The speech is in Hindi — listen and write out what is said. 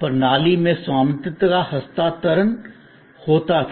प्रणाली में स्वामित्व का हस्तांतरण ट्रांसफर आफ ओनरशिप होता था